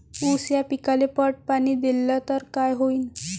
ऊस या पिकाले पट पाणी देल्ल तर काय होईन?